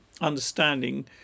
understanding